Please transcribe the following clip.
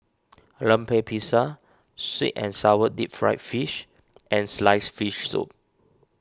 Lemper Pisang Sweet and Sour Deep Fried Fish and Sliced Fish Soup